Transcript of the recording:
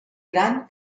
gran